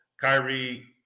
Kyrie